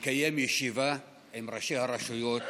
לקיים ישיבה עם ראשי הרשויות